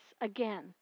again